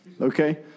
okay